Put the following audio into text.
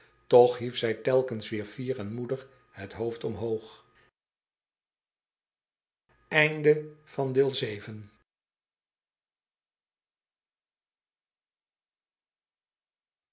och hief zij telkens weêr fier en moedig het hoofd omhoog